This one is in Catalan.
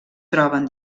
troben